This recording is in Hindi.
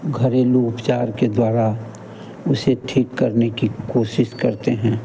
घरेलू उपचार के द्वारा उसे ठीक करने की कोशिश करते हैं